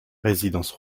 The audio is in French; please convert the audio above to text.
résidence